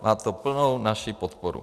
Má to plnou naši podporu.